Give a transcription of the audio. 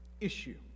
issue